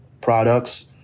products